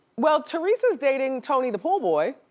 well teresa's dating tony, the pool boy,